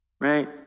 Right